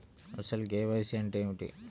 అసలు కే.వై.సి అంటే ఏమిటి?